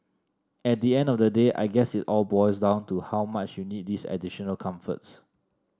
at the end of the day I guess it all boils down to how much you need these additional comforts